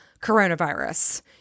coronavirus